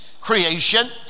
creation